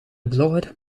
blogger